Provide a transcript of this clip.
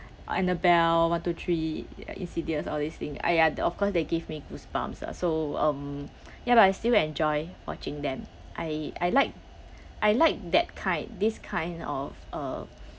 annabelle one to three ya insidious all these thing !aiya! th~ of course they give me goosebumps ah so um ya but I still enjoy watching them I I like I like that kind this kind of uh